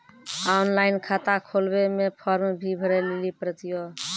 Online खाता खोलवे मे फोर्म भी भरे लेली पड़त यो?